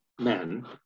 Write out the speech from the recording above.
men